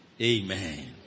Amen